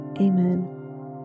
Amen